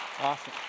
Awesome